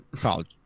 college